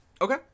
Okay